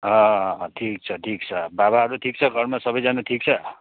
हँ ठिक छ ठिक छ बाबाहरू ठिक छ घरमा सबैजना ठिक छ